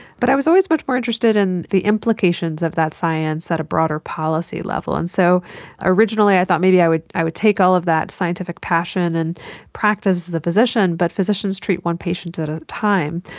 but i was always much more interested in the implications of that science at a broader policy level. and so originally i thought maybe i would i would take all of that scientific passion and practice as a physician, but physicians treat one patient at a time,